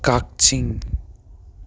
ꯀꯛꯆꯤꯡ